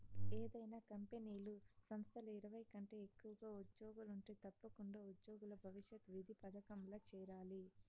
ఏదైనా కంపెనీలు, సంస్థల్ల ఇరవై కంటే ఎక్కువగా ఉజ్జోగులుంటే తప్పకుండా ఉజ్జోగుల భవిష్యతు నిధి పదకంల చేరాలి